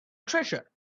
treasure